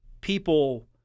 people